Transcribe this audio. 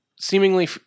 seemingly